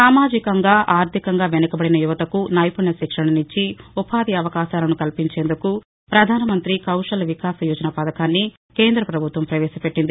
సామాజికంగా ఆర్టికంగా వెనుకబడిన యువతకు నైపుణ్య శిక్షణనిచ్చి ఉపాధి అవకాశాలను కల్పించేందుకు ప్రధాన మంతి కౌశల్ వికాస యోజన పథకాన్ని కేంద్ర పభుత్వం పవేశ పెట్టింది